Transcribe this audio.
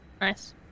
Nice